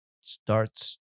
starts